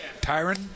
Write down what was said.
Tyron